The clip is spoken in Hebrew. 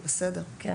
בסדר.